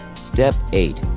step eight.